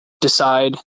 decide